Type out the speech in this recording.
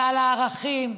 ועל הערכים,